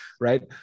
Right